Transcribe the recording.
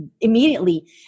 immediately